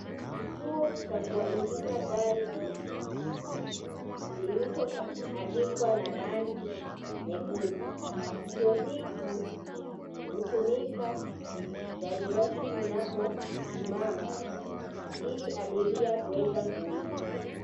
Kituo cha kuabiria gari moshi kilichoandikwa na rangi nyekundu. Kituo hiki hutumika gari moshi linaposimama ili abiria kuweza kuingia.